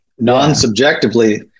non-subjectively